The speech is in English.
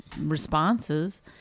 responses